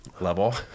level